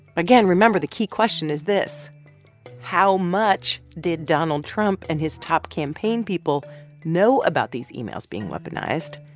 again, remember, the key question is this how much did donald trump and his top campaign people know about these emails being weaponized,